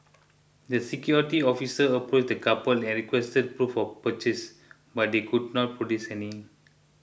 the security officer approached the couple and requested proof of purchase but they could not produce any